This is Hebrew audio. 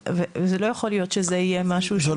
וזה לא יכול להיות שזה יהיה משהו שהוא שירות לעשירים.